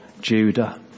Judah